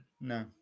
no